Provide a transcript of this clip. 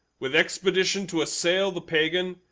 with expedition to assail the pagan,